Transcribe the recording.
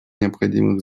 необходимых